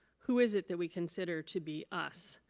who is it that we consider to be us?